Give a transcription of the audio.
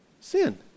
Sin